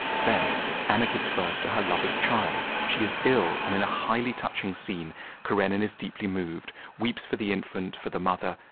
but then anna gives birth to her lover's child, she is ill, and in a highly touching scene karenin is deeply moved, weeps for the infant, for the mother,